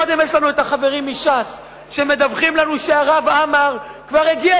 קודם יש לנו החברים מש"ס שמדווחים לנו שהרב עמאר כבר הגיע